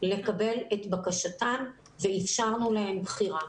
לקבל את בקשתם ואפשרנו להם בחירה.